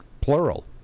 plural